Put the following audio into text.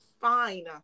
Fine